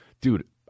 dude